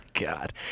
God